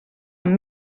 amb